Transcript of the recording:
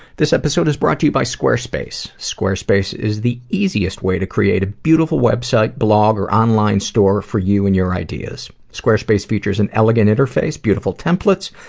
this episode is brought to you by square space. square space is the easiest way to create a beautiful website, blog, or online store for you and your ideas. square space features an elegant interface, beautiful templates,